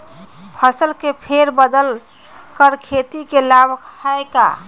फसल के फेर बदल कर खेती के लाभ है का?